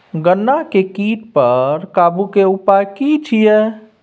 गन्ना के कीट पर काबू के उपाय की छिये?